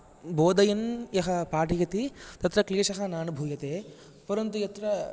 बोधयन् यः पाठयति तत्र क्लेशः नानुभूयते परन्तु यत्र